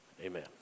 amen